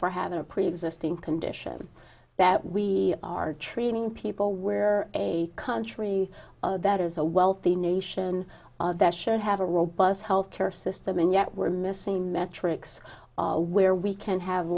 for having a preexisting condition that we are treating people where a country that is a wealthy nation that should have a robust health care system and yet we're missing metrics where we can have